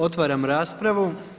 Otvaram raspravu.